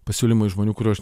pasiūlymų iš žmonių kurių aš